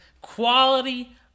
quality